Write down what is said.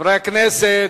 חברי הכנסת,